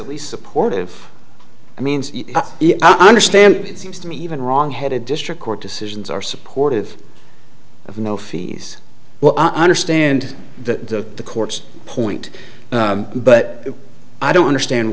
at least supportive i mean i understand it seems to me even wrongheaded district court decisions are supportive of no fees well i understand the court's point but i don't understand